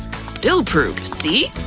spill-proof, see?